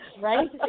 Right